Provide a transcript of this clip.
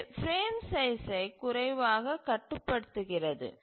இது பிரேம் சைஸ்சை குறைவாக கட்டுப்படுத்துகிறது